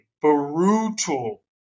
brutal